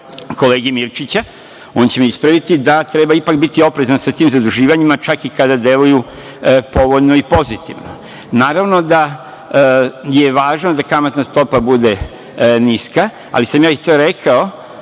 kolege Mirčića, on će me ispraviti, da treba ipak biti oprezan sa tim zaduživanjima čak i kada deluju povoljno i pozitivno. Naravno da je važno da kamatna stopa bude niska ali sam ja to i rekao